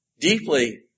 deeply